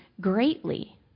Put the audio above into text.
greatly